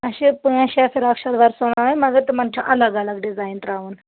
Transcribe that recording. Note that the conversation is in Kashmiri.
اَسہِ چھِ پانٛژھ شےٚ فراک شلوار سُوناوٕنۍ مگر تِمَن چھِ الگ الگ ڈِزاین ترٛاوُن